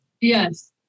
Yes